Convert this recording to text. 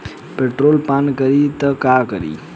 Petrol पान करी त का करी?